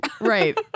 Right